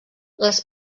les